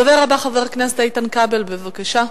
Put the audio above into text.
הדובר הבא, חבר הכנסת איתן כבל, בבקשה.